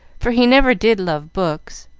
for he never did love books.